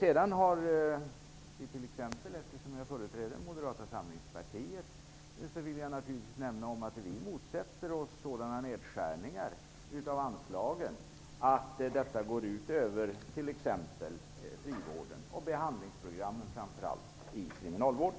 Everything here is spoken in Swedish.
Eftersom jag företräder Moderata samlingspartiet vill jag naturligtvis säga att vi motsätter oss sådana nedskärningar av anslagen som går ut över t.ex. frivården och, framför allt, behandlingsprogrammen i kriminalvården.